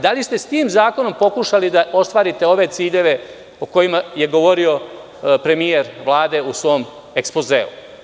Da li ste s tim zakonom pokušali da ostvarite ove ciljeve o kojima je govorio premijer Vlade u svom ekspozeu?